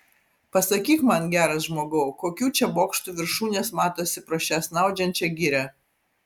pasakyk man geras žmogau kokių čia bokštų viršūnės matosi pro šią snaudžiančią girią